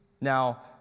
Now